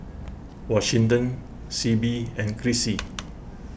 Washington Sibbie and Chrissie